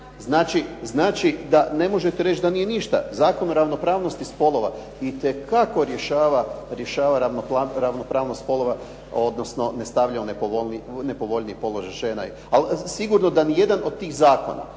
Znači da ne možete reći da nije ništa. Zakon o ravnopravnosti spolova itekako rješava ravnopravnost spolova odnosno ne stavlja u nepovoljniji položaj žena, ali sigurno da nijedan od tih zakona